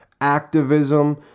Activism